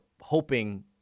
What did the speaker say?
hoping